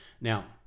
Now